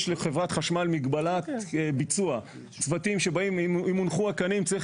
לחברת חשמל יש מגבלת ביצוע צוותים שבאים אם הונחו --- צריך